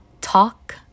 talk